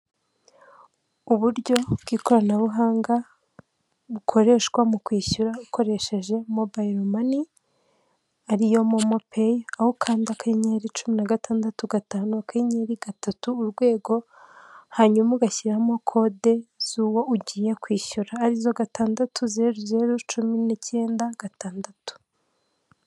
Uburyo bw'ikoranabuhanga, bukoreshwa mu kwishyura ukoresheje Mobile Money ariyo MoMo pay, aho ukanda akanyenyeri, cumi na gatandatu, gatanu, akanyenyeri, gatatu, urwego, hanyuma ugashyiramo kode z'uwo ugiye kwishyura ari zo gatandatu, zeru, zeru, cumi n'ikenda, gatandatu.